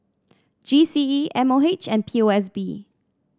G C E M O H and P O S B